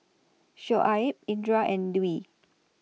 Shoaib Indra and Dwi